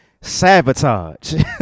sabotage